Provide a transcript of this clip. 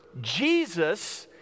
Jesus